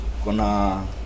Kona